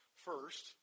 First